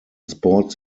sports